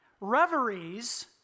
reveries